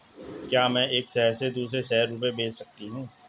क्या मैं एक शहर से दूसरे शहर रुपये भेज सकती हूँ?